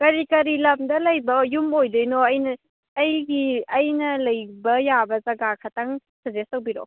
ꯀꯔꯤ ꯀꯔꯤ ꯂꯝꯗ ꯂꯩꯕ ꯌꯨꯝ ꯑꯣꯏꯗꯣꯏꯅꯣ ꯑꯩꯅ ꯑꯩꯒꯤ ꯑꯩꯅ ꯂꯩꯕ ꯌꯥꯕ ꯖꯒꯥ ꯈꯇꯪ ꯁꯖꯦꯁ ꯇꯧꯕꯤꯔꯛꯑꯣ